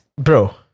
bro